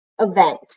event